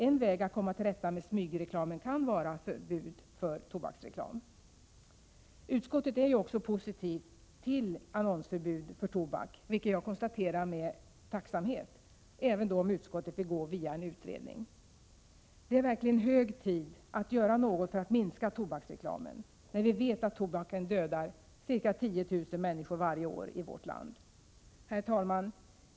En väg att komma till rätta med smygreklamen kan vara förbud för all tobaksreklam. Utskottet är ju också positivt till annonsförbud för tobak, vilket jag konstaterar med tacksamhet, även om utskottet vill gå via en utredning. Det är verkligen hög tid att göra något för att minska tobaksreklamen, när vi vet att tobaken dödar ca 10 000 människor varje år i vårt land. Herr talman!